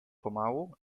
pomału